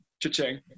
cha-ching